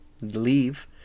leave